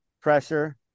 pressure